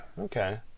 okay